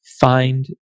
Find